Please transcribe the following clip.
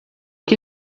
que